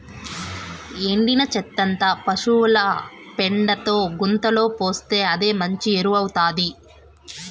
ఎండిన చెత్తంతా పశుల పెండతో గుంతలో పోస్తే అదే మంచి ఎరువౌతాది